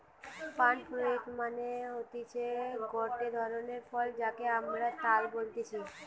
পাম fruit মানে হতিছে গটে ধরণের ফল যাকে আমরা তাল বলতেছি